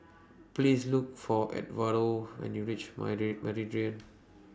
Please Look For Edwardo when YOU REACH Meridian